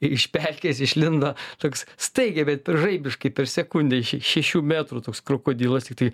ir iš pelkės išlindo toks staigiai bet žaibiškai per sekundę iš šešių metrų toks krokodilas tiktai